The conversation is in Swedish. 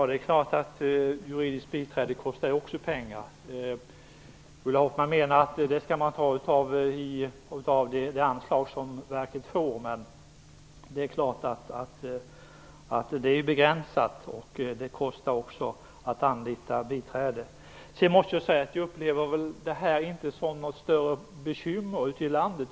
Herr talman! Ett juridiskt biträde kostar ju också pengar. Ulla Hoffmann menar att man skall ta det av det anslag som verket får, men det är ju begränsat. Det kostar också att anlita biträden. Jag upplever inte detta som något större bekymmer ute i landet.